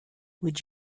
would